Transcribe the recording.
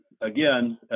again